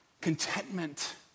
contentment